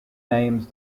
names